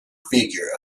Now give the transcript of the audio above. figure